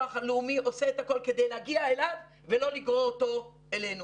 הלאומי עושה את הכול כדי להגיע אליו ולא לגרור אותו אלינו.